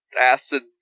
acid-